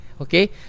okay